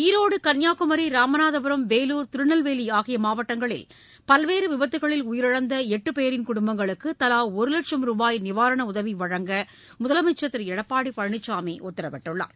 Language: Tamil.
ஈரோடு கன்னியாகுமரி இராமநாதபுரம் வேலூர் திருநெல்வேலி ஆகிய மாவட்டங்களில் பல்வேறு விபத்துகளில் உயிரிழந்த எட்டு பேரின் குடும்பங்களுக்கு தலா ஒரு வட்சும் ரூபாய் நிவாரணம் உதவி வழங்க முதலமைச்சர் திரு எடப்பாடி பழனிசாமி உத்தரவிட்டுள்ளார்